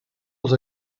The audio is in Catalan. els